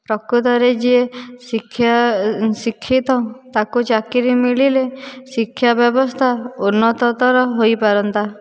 ପ୍ରକୃତରେ ଯିଏ ଶିକ୍ଷା ଶିକ୍ଷିତ ତାକୁ ଚାକିରୀ ମିଳିଲେ ଶିକ୍ଷା ବ୍ୟବସ୍ଥା ଉନ୍ନତତର ହୋଇପାରନ୍ତା